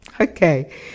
Okay